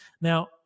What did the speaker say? Now